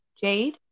jade